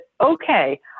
okay